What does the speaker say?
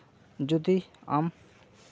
ᱡᱩᱫᱤ ᱟᱢ